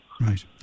Right